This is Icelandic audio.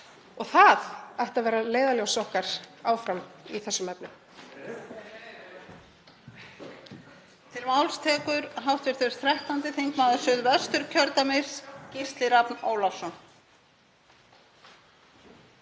Það ætti að vera leiðarljós okkar áfram í þessum efnum.